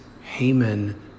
Haman